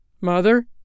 Mother